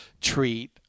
treat